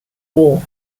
war